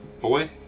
Boy